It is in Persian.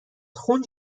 خون